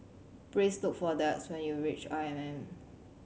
please look for Dax when you reach I M M